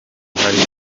hari